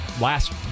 Last